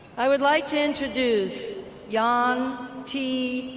i would like to introduce yeah ah jan t.